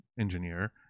engineer